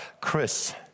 Chris